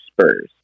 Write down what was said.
spurs